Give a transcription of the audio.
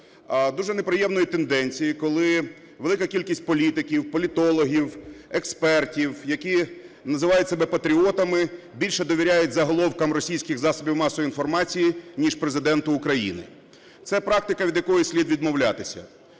дуже неприємної тенденції, коли велика кількість політиків, політологів, експертів, які називають себе патріотами, більше довіряють заголовкам російських засобів масової інформації ніж Президенту України. Це практика, від якої слід відмовлятися.